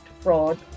fraud